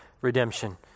redemption